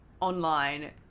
online